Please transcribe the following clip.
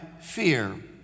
fear